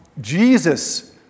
Jesus